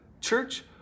church